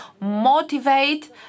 motivate